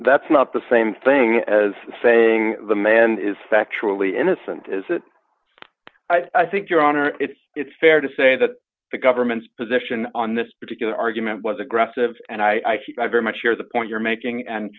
that's not the same thing as saying the man is factually innocent is that i think your honor it's it's fair to say that the government's position on this particular argument was aggressive and i think i very much here the point you're making and